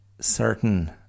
certain